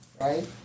right